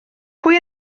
pwy